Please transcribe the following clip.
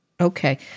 Okay